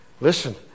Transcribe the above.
Listen